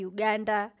Uganda